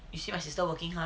you see my sister working hard